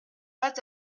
pas